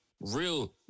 real